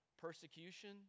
persecution